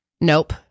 nope